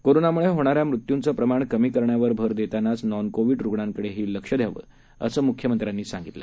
कोरोनामुळेहोणाऱ्यामृत्यूचंप्रमाणकमीकरण्यावरभरदेतानाचनॉनकोविडरुग्णांकडेहीलक्षद्यावं असंम्ख्यमंत्र्यांनीसांगितलं